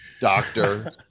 doctor